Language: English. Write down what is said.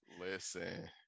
Listen